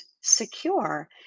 secure